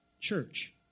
church